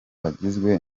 bagizwe